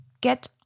get